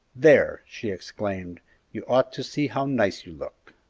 there! she exclaimed you ought to see how nice you look!